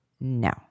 no